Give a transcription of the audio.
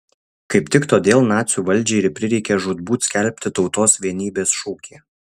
kaip tik todėl nacių valdžiai ir prireikė žūtbūt skelbti tautos vienybės šūkį